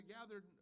gathered